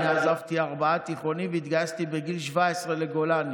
אני עזבתי ארבעה תיכונים והתגייסתי בגיל 17 לגולני.